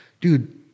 dude